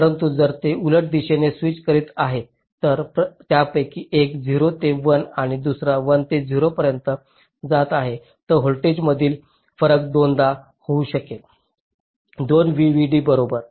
परंतु जर ते उलट दिशेने स्विच करीत आहेत तर त्यापैकी एक 0 ते 1 आणि दुसरा 1 ते 0 पर्यंत जात आहे तर व्होल्टेजमधील फरक दोनदा होऊ शकेल 2 VDD बरोबर